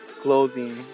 clothing